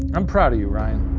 i'm proud of you, ryan.